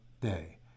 day